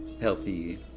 healthy